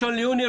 1 ביוני,